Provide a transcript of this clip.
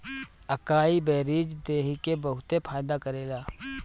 अकाई berries देहि के बहुते फायदा करेला